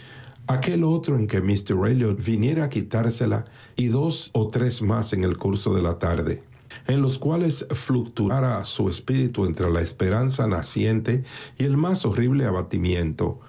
aquei otro en que míster elliot viniera a quitársela y dos o tres más en el curso de la tarde en los cuales fluctuara su espíritu entre la esperanza naciente y el más horrible abatimiento